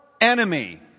enemy